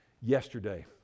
Yesterday